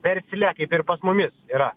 versle kaip ir pas mumis yra